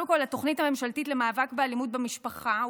קודם כול התוכנית הממשלתית למאבק באלימות במשפחה,